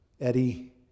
Eddie